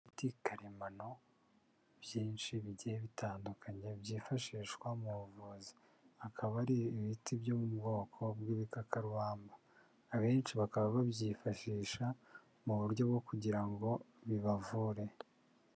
Ibiti karemano byinshi bigiye bitandukanye byifashishwa mu buvuzi, akaba ari ibiti byo mu bwoko bw'ibikakarubamba, abenshi bakaba babyifashisha mu buryo bwo kugira ngo bibavure.